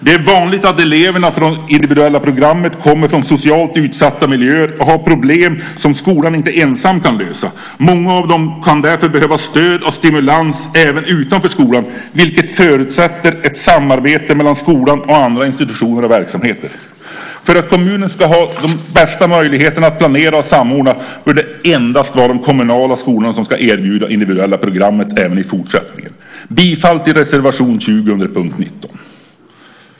Det är vanligt att eleverna på individuella programmet kommer från socialt utsatta miljöer och har problem som skolan ensam inte kan lösa. Många av dem kan därför behöva stöd och stimulans även utanför skolan, vilket förutsätter ett samarbete mellan skolan och andra institutioner och verksamheter. För att kommunen ska ha de bästa möjligheterna att planera och samordna bör det endast vara de kommunala skolorna som ska erbjuda individuella programmet även i fortsättningen. Jag yrkar bifall till reservation 20 under punkt 19.